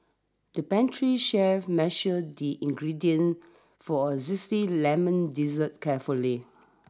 the pastry chef measured the ingredients for a zesty lemon dessert carefully